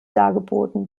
dargeboten